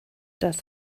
das